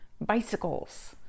bicycles